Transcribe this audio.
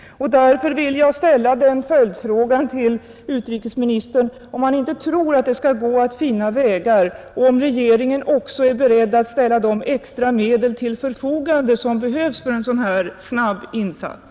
Därför vill jag ställa den följdfrågan till utrikesministern, om han inte tror att det skall gå att finna vägar och om regeringen också är beredd att ställa de extra medel till förfogande, som behövs för en sådan här snabb insats.